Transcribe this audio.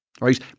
Right